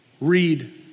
Read